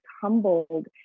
humbled